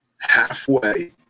halfway